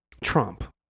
Trump